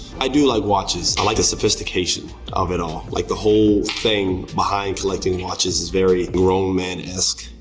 i do like watches. i like the sophistication of it all. like the whole thing behind collecting watches is very grown man-esque,